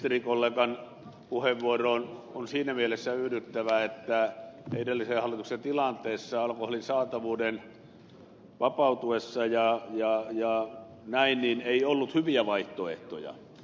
entisen ministerikollegan puheenvuoroon on siinä mielessä yhdyttävä että edellisen hallituksen tilanteessa alkoholin saatavuuden vapautuessa ei ollut hyviä vaihtoehtoja